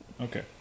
okay